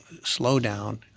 slowdown